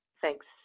Thanks